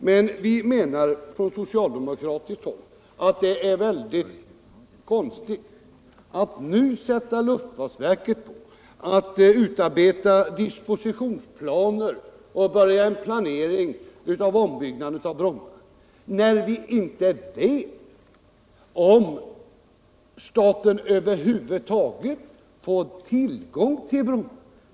Men vi menar på socialdemokratiskt håll att det är mycket konstigt att nu sätta luftfartsverket att utarbeta dispositionsplaner och börja en planering av ombyggnaden av Bromma, trots att vi inte vet om staten över huvud taget får tillgång till Bromma.